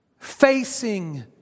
Facing